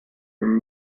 from